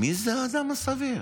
עכשיו אנחנו באים לסבירות.